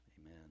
amen